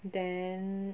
then